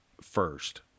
first